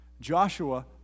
Joshua